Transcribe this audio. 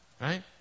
Right